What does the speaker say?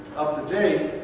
up to date.